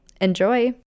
Enjoy